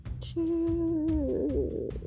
two